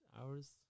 hours